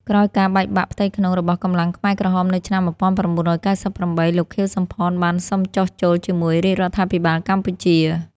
ក្រោយការបែកបាក់ផ្ទៃក្នុងរបស់កម្លាំងខ្មែរក្រហម នៅឆ្នាំ ១៩៩៨ លោក ខៀវ សំផន បានសុំចុះចូលជាមួយរាជរដ្ឋាភិបាលកម្ពុជា។